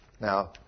Now